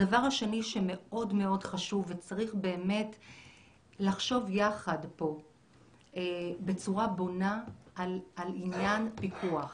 הדבר השני שמאוד מאוד חשוב וצריך לחשוב יחד בצורה בונה על עניין הפיקוח.